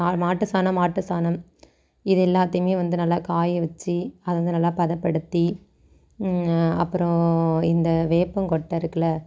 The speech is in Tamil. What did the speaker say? ஆ மாட்டு சாணம் ஆட்டு சாணம் இது எல்லாத்தையுமே வந்து நல்லா காய வச்சு அதை வந்து நல்லா பதப்படுத்தி அப்புறம் இந்த வேப்பங்கொட்டை இருக்குதுல்ல